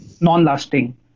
non-lasting